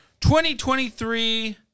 2023